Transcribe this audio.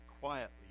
quietly